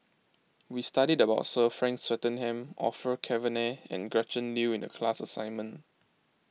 we studied about Sir Frank Swettenham Orfeur Cavenagh and Gretchen Liu in the class assignment